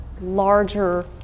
larger